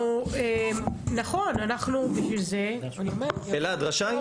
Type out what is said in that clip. נכון, בשביל זה אנחנו ---- אלעד רשאי?